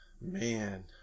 man